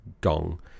gong